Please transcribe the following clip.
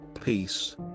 peace